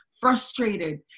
frustrated